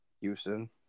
Houston